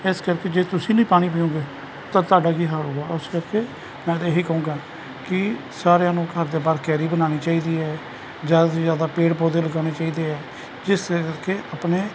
ਇਸ ਕਰਕੇ ਜੇ ਤੁਸੀਂ ਨਹੀਂ ਪਾਣੀ ਪੀਓਗੇ ਤਾਂ ਤੁਹਾਡਾ ਕੀ ਹਾਲ ਹੋਊਗਾ ਉਸ ਕਰਕੇ ਮੈਂ ਤਾ ਇਹ ਹੀ ਕਹੂੰਗਾ ਕਿ ਸਾਰਿਆਂ ਨੂੰ ਘਰ ਦੇ ਬਾਹਰ ਕਿਆਰੀ ਬਣਾਉਣੀ ਚਾਹੀਦੀ ਹੈ ਜ਼ਿਆਦਾ ਤੋਂ ਜ਼ਿਆਦਾ ਪੇੜ ਪੌਦੇ ਲਗਾਉਣੇ ਚਾਹੀਦੇ ਹੈ ਜਿਸ ਕਰਕੇ ਆਪਣੇ